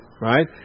right